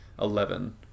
eleven